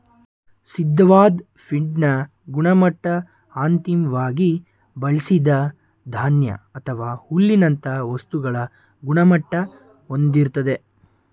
ಸಿದ್ಧವಾದ್ ಫೀಡ್ನ ಗುಣಮಟ್ಟ ಅಂತಿಮ್ವಾಗಿ ಬಳ್ಸಿದ ಧಾನ್ಯ ಅಥವಾ ಹುಲ್ಲಿನಂತ ವಸ್ತುಗಳ ಗುಣಮಟ್ಟ ಹೊಂದಿರ್ತದೆ